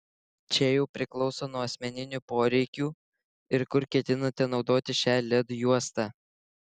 čia jau priklauso nuo asmeninių poreikių ir kur ketinate naudoti šią led juostą